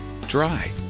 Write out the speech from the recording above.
dry